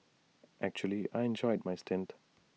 actually I enjoyed my stint